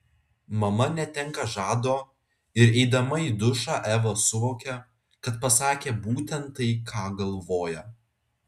mama netenka žado ir eidama į dušą eva suvokia kad pasakė būtent tai ką galvoja